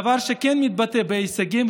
דבר שכן מתבטא בהישגים,